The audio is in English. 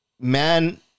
man